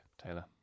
Taylor